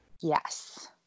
Yes